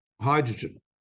hydrogen